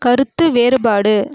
கருத்து வேறுபாடு